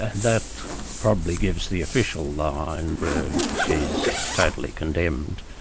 and that probably gives the official line, where she's totally condemned.